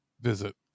visit